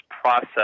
process